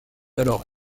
alors